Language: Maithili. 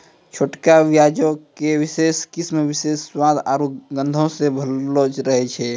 छोटका प्याजो के विशेष किस्म विशेष स्वाद आरु गंधो से भरलो रहै छै